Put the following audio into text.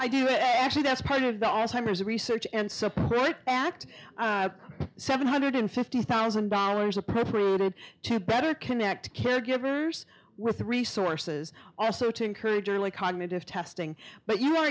i do actually that's part of the os timers research and support act seven hundred fifty thousand dollars appropriate to better connect caregivers with resources also to encourage early cognitive testing but you